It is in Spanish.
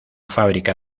fábrica